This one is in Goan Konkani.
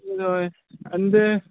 हय आनी ते